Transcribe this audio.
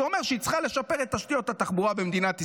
זה אומר שהיא צריכה לשפר את תשתיות התחבורה במדינת ישראל.